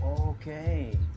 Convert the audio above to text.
Okay